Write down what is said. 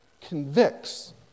convicts